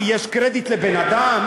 כי יש קרדיט לבן-אדם?